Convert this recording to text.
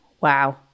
wow